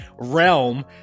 realm